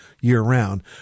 year-round